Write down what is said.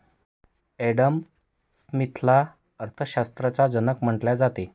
Adam स्मिथला अर्थशास्त्राचा जनक म्हटले जाते